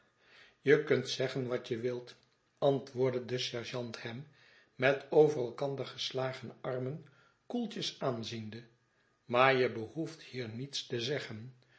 je kunt zeggen wat je wilt antwoordde de sergeant hem met over elkander geslagene armen koeltjes aanziende a maar je behoeft hier niets te zeggen